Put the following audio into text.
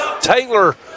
Taylor